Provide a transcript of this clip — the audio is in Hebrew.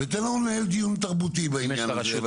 ותן לנו לנהל דיון תרבותי בעניין הזה.